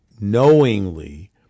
knowingly